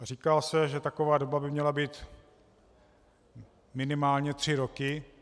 Říká se, že taková doba by měla být minimálně tři roky.